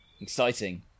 Exciting